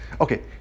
okay